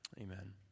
amen